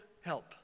help